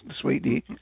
sweetie